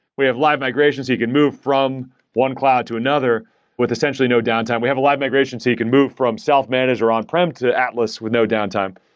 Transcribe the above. we have live migrations so you can move from one cloud to another with essentially no downtime. we have a live migrations so you can move from self manager on-prem to atlas with no downtime.